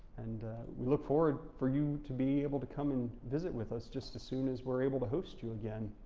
and we look forward for you to be able to come and visit with us just as soon as we're able to host you again.